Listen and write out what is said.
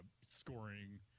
scoring